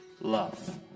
love